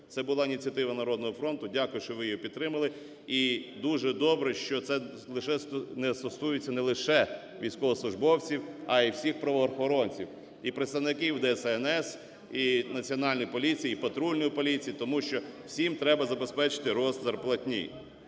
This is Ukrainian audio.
Це була ініціатива "Народного фронту". Дякую, що ви її підтримали. І дуже добре, що це стосується не лише військовослужбовців, а й всіх правоохоронців: і представників ДСНС, і Національної поліції, і патрульної поліції, тому що всім треба забезпечити ріст зарплатні.